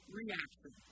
reaction